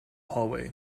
hallway